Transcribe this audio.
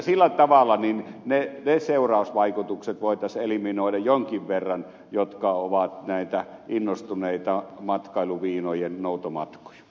sillä tavalla voitaisiin eliminoida jonkin verran niitä seurausvaikutuksia jotka ovat näitä innostuneita matkailuviinojen noutomatkoja